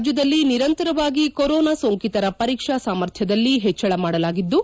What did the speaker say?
ರಾಜ್ಞದಲ್ಲಿ ನಿರಂತರವಾಗಿ ಕೊರೊನಾ ಸೋಂಕಿತರ ಪರೀಕ್ಷಾ ಸಾಮರ್ಥ್ಯದಲ್ಲಿ ಹೆಚ್ಚಳ ಮಾಡಲಾಗಿದ್ಲು